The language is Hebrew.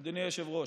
אדוני היושב-ראש.